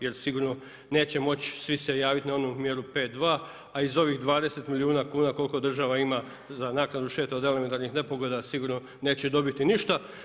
Jer sigurno neće moći svi se javiti na onu mjeru 5 2, a iz ovih 20 milijuna kuna, koliko država ima naknadu štete od elementarnih nepogoda, neće dobiti ništa.